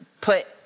put